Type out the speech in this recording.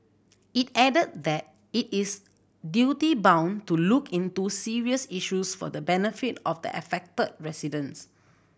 it added that it is duty bound to look into serious issues for the benefit of the affected residents